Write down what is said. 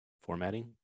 formatting